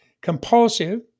compulsive